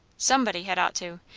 somebody had ought to.